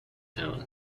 town